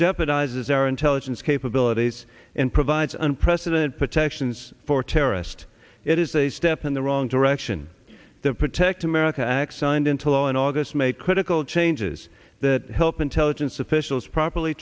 jeopardizes our intelligence capabilities and provides an precedent protections for terrorist it is a step in the wrong direction the protect america act signed into law in august make critical changes that help intelligence officials properly